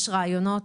יש רעיונות,